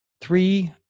Three